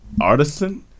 artisan